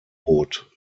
boot